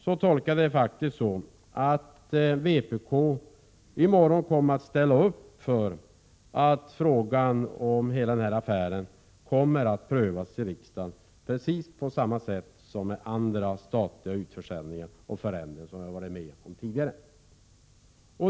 Jag tolkade faktiskt Lars Werner så, att vpk i morgon kommer att ställa upp för en prövning av hela denna affär i riksdagen, precis på samma sätt som då det rört sig om andra statliga utförsäljningar och ändringar tidigare.